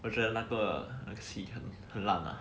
我觉得那个 mexican 很烂啊